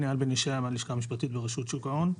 הלשכה המשפטית ברשות שוק ההון.